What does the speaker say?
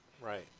Right